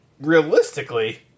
realistically